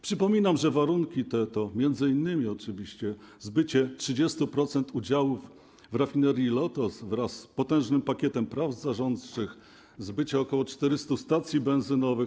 Przypominam, że te warunki to m.in. oczywiście: zbycie 30% udziałów w rafinerii Lotos wraz z potężnym pakietem praw zarządczych, zbycie ok. 400 stacji benzynowych.